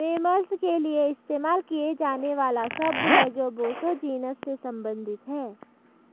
mammals के लिए इस्तेमाल किया जाने वाला शब्द है जो बोसो जीनस से संबंधित हैं